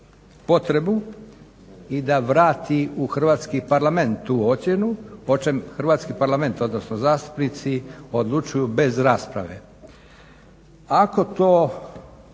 potrebu i da vrati u Hrvatski parlament tu ocjenu o čemu Hrvatski parlament, odnosno zastupnici odlučuju bez rasprave. Ako to